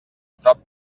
prop